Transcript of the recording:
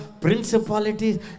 principalities